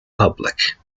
public